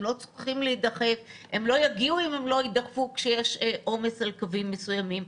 הם לא יגיעו אם הם לא יידחפו כשיש עומס על קווים מסוימים.